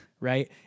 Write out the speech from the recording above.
right